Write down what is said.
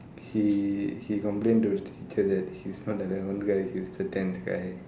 he he complain to the teacher that he's not the eleventh guy he's the tenth guy